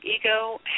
Ego